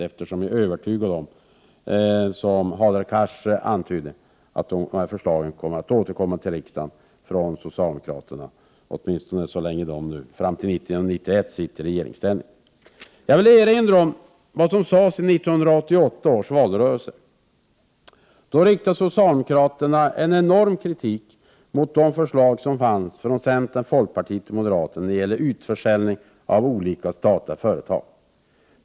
Jag är nämligen övertygad om, vilket Hadar Cars antydde, att dessa förslag kommer att återkomma till riksdagen från socialdemokraterna, åtminstone så länge socialdemokraterna fram till 1991 sitter i regeringsställning. Jag vill erinra om vad som sades i 1988 års valrörelse. Då riktade socialdemokraterna en enorm kritik mot centerns, folkpartiets och moderaternas förslag om utförsäljning av olika statliga företag.